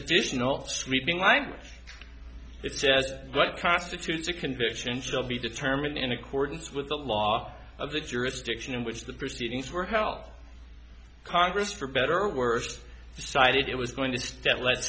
additional sweeping line it said what constitutes a conviction shall be determined in accordance with the law of the jurisdiction in which the proceedings were held congress for better or worse decided it was going to stand le